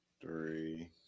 three